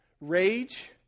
rage